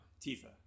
Tifa